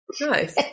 Nice